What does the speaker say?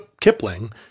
Kipling